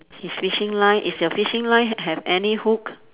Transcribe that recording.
his fishing line is your fishing line have any hook